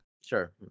sure